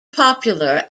popular